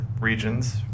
regions